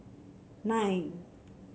nine